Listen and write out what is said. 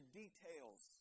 details